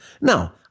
Now